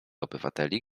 obywateli